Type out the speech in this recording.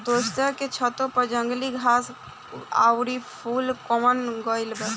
दोस्तन के छतों पर जंगली घास आउर फूल उग गइल बा